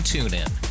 TuneIn